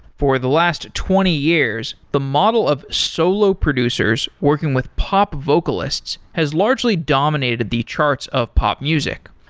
for the last twenty years, the model of solo producers working with pop vocalists has largely dominated the charts of pop music.